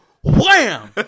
Wham